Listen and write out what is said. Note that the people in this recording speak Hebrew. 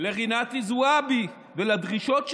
לרינאוי זועבי ולדרישות שלה.